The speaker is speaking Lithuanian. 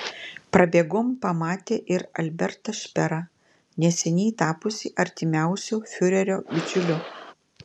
prabėgom pamatė ir albertą šperą neseniai tapusį artimiausiu fiurerio bičiuliu